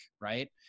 right